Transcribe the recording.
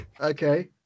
Okay